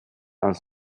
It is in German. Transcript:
als